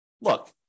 look